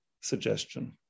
suggestion